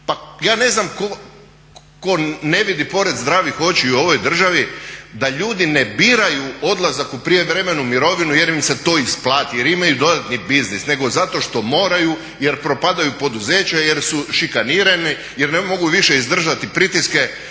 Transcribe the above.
Pa ja ne znam tko ne vidi pored zdravih očiju u ovoj državi da ljudi ne biraju odlazak u prijevremenu mirovinu jer im se to isplati, jer imaju dodatni biznis nego zato što moraju jer propadaju poduzeća, jer su šikanirani, jer ne mogu više izdržati pritiske